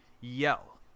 yell